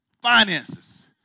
Finances